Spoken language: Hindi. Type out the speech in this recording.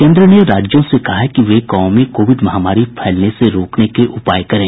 केन्द्र ने राज्यों से कहा है कि वे गांवों में कोविड महामारी फैलने से रोकने के उपाय करें